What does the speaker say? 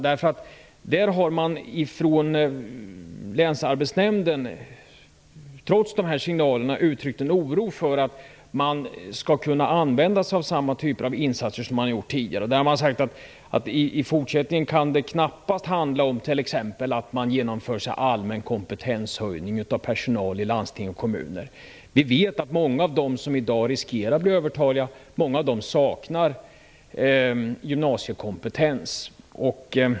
Där har man från länsarbetsnämndens sida, trots dessa signaler, uttryckt oro över frågan om man skall kunna använda sig av samma typer av insatser som man tidigare har gjort. Man har sagt att det i fortsättningen knappast kan handla om att t.ex. genomföra en allmän kompetenshöjning av personal i landsting och kommuner. Vi vet att många av dem som i dag riskerar att bli övertaliga saknar gymnasiekompetens.